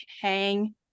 hang